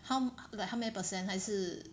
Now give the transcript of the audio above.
how like how many percent 还是